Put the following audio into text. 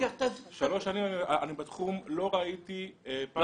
שלוש שנים אני בתחום ולא ראיתי פעם אחת.